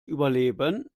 überleben